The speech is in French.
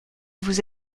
vous